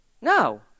No